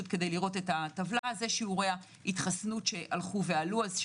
זה שיעורי ההתחסנות שהלכו ועלו זה